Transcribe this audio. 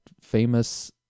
famous